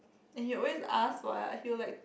and he always ask what he will like